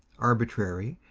arbitrary,